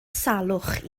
salwch